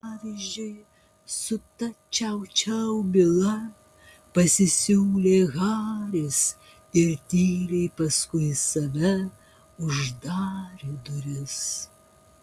pavyzdžiui su ta čiau čiau byla pasisiūlė haris ir tyliai paskui save uždarė duris